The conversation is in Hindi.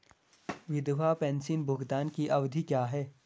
विधवा पेंशन भुगतान की अवधि क्या है?